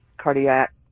cardiac